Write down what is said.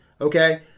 okay